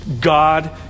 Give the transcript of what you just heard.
God